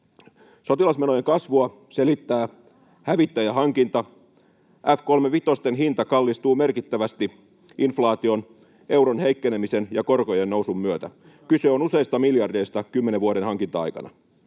Sotilasmenojen kasvua selittää hävittäjähankinta. F-kolmevitosten hinta kallistuu merkittävästi inflaation, euron heikkenemisen ja korkojen nousun myötä. Kyse on useista miljardeista kymmenen vuoden hankinta-aikana.